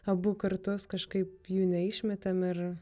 abu kartus kažkaip jų neišmetėm ir